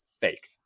fake